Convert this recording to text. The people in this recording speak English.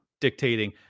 dictating